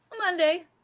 monday